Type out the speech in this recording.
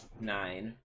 nine